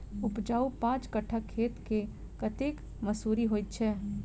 उपजाउ पांच कट्ठा खेत मे कतेक मसूरी होइ छै?